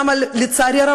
לצערי הרב,